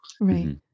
right